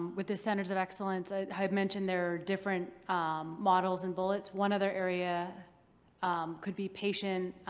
with the centers of excellence, i had mentioned there are different models and bullets. one other area could be patient